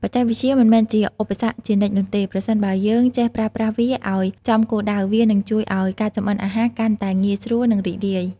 បច្ចេកវិទ្យាមិនមែនជាឧបសគ្គជានិច្ចនោះទេ ប្រសិនបើយើងចេះប្រើប្រាស់វាឱ្យចំគោលដៅ វានឹងជួយឱ្យការចម្អិនអាហារកាន់តែ ងាយស្រួល និងរីករាយ ។